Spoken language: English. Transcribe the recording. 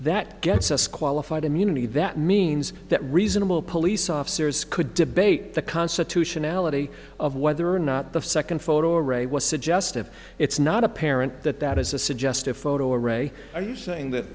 that gets us qualified immunity that means that reasonable police officers could debate the constitutionality of whether or not the second photo array was suggestive it's not apparent that that is a suggestive photo array are you saying